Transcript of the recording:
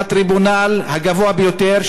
בטריבונל הגבוה ביותר,